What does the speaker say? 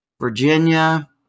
Virginia